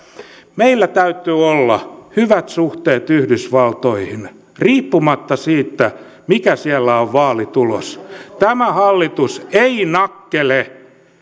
meillä täytyy olla hyvät suhteet yhdysvaltoihin riippumatta siitä mikä siellä on vaalitulos tämä hallitus ei nakkele